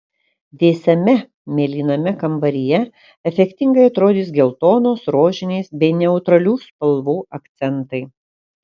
vėsiame mėlyname kambaryje efektingai atrodys geltonos rožinės bei neutralių spalvų akcentai